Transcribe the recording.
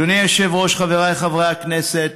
אדוני היושב-ראש, חבריי חברי הכנסת,